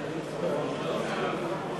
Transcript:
ההסתייגות לא נתקבלה.